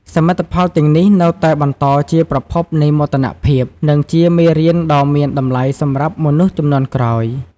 សមិទ្ធផលទាំងនេះនៅតែបន្តជាប្រភពនៃមោទនភាព និងជាមេរៀនដ៏មានតម្លៃសម្រាប់មនុស្សជំនាន់ក្រោយ។